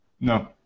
No